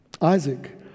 Isaac